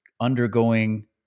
undergoing